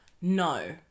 No